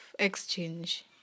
Exchange